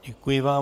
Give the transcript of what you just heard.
Děkuji vám.